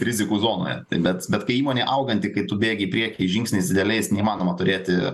rizikų zonoje tai bet bet kai įmonė auganti kai tu bėgi į priekį žingsniais dideliais neįmanoma turėti